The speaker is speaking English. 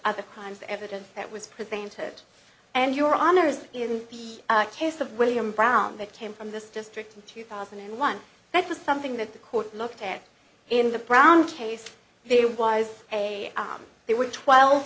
other kinds of evidence that was presented and your honour's in the case of william browne that came from this district in two thousand and one that was something that the court looked at in the pronto case there was a there were twelve